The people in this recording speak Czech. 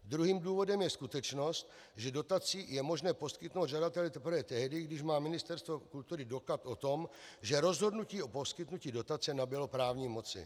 Druhým důvodem je skutečnost, že dotaci je možné poskytnout žadateli teprve tehdy, když má Ministerstvo kultury doklad o tom, že rozhodnutí o poskytnutí dotace nabylo právní moci.